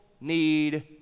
need